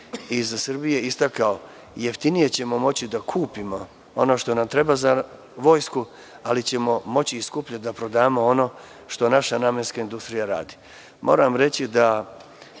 iz Srbije istakao, jeftinije ćemo moći da kupimo ono što nam treba za vojsku, ali ćemo moći i skuplje da prodamo ono što naša namenska industrija radi. Moram reći da